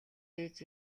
ээж